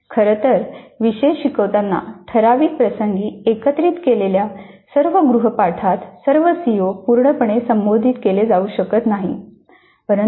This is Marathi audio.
खरं तर विषय शिकवताना ठराविक प्रसंगी एकत्रित केलेल्या सर्व गृहपाठात सर्व सीओ पूर्णपणे संबोधित केले जाऊ शकत नाहीत